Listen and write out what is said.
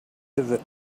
pivot